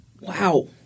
Wow